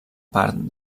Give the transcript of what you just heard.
part